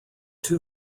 two